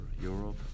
Europe